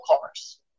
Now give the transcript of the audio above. cars